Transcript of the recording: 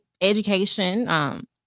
education